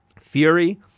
Fury